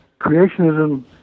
creationism